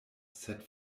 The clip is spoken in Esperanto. sed